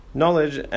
knowledge